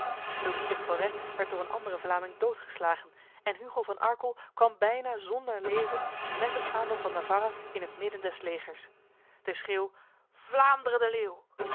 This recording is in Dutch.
louis de forest werd door een andere vlaming doodgeslagen en hugo van arkel kwam bijna zonder leven met het vaandel van navarra in het midden des legers de schreeuw vlaanderen de leeuw